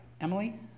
Emily